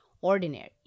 ordinary